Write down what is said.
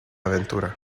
aventura